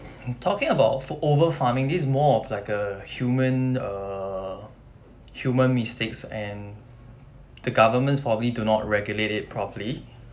talking about fo~ overfarming this more of like a human err human mistakes and the governments probably do not regulate it properly